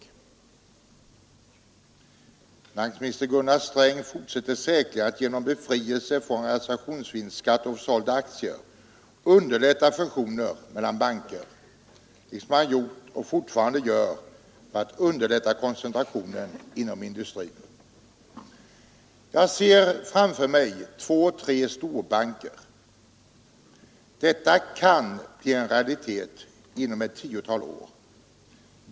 Finansminister Gunnar Sträng fortsätter säkerligen att genom befrielse från realisationsvinstskatt på försålda aktier underlätta fusioner mellan banker liksom han gjort och fortfarande gör för att underlätta koncentrationen inom industrin. Jag ser framför mig två—tre storbanker. Detta kan bli en realitet inom ett tiotal år.